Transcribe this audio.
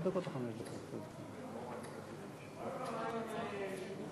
מה קורה להצעה לסדר-היום בנושא שימוש